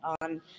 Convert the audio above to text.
on